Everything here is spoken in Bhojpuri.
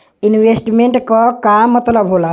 इन्वेस्टमेंट क का मतलब हो ला?